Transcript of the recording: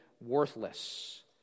worthless